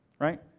Right